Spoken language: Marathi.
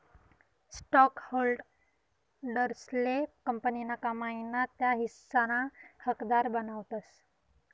स्टॉकहोल्डर्सले कंपनीना कमाई ना त्या हिस्साना हकदार बनावतस